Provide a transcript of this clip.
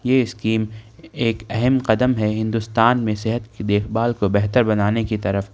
یہ اسکیم ایک اہم قدم ہے ہندوستان میں صحت کی دیکھ بھال کو بہتر بنانے کی طرف